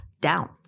down